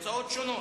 הוצאות שונות,